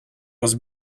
was